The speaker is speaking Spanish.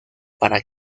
para